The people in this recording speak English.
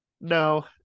No